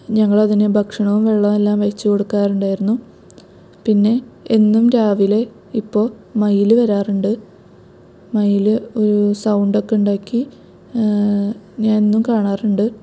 ഞങ്ങളതിന് ഭക്ഷണവും വെള്ളവും എല്ലാം വച്ചു കൊടുക്കാറുണ്ടായിരുന്നു പിന്നെ എന്നും രാവിലെ ഇപ്പോൾ മയില് വരാറുണ്ട് മയില് ഒര് സൗണ്ട് ഒക്കെ ഉണ്ടാക്കി ഞാൻ എന്നും കാണാറുണ്ട്